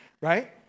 right